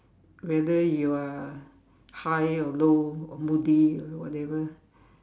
whether you are high or low or moody or whatever